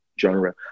genre